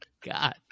God